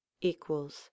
equals